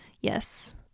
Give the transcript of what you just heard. Yes